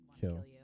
kill